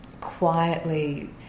quietly